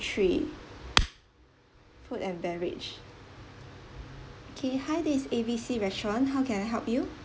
three food and beverage okay hi this is A B C restaurant how can I help you